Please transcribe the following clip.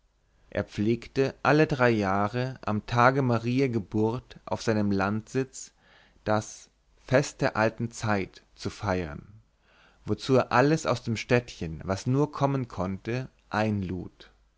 er pflegte alle drei jahre am tage mariä geburt auf seinem landsitz das fest der alten zeit zu feiern wozu er alles aus dem städtchen was nur kommen wollte einlud